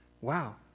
Wow